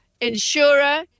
insurer